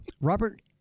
Robert